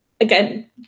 again